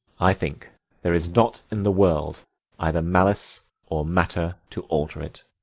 i think there is not in the world either malice or matter to alter it.